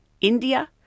India